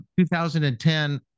2010